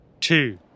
two